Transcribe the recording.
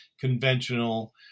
conventional